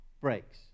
breaks